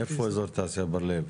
איפה אזור תעשייה בר לב?